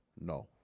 No